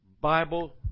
Bible